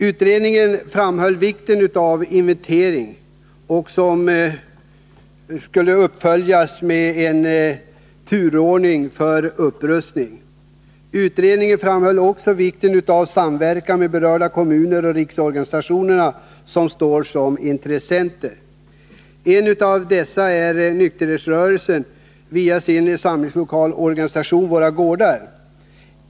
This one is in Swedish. Utredningen framhöll vikten av inventering, som skulle uppföljas av en turordning för upprustning. Utredningen framhöll också vikten av samverkan med berörda kommuner och riksorganisationerna, som står som intressenter. En av dessa är nykterhetsrörelsen — via sin samlingslokalsorganisation Våra gårdar.